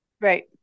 right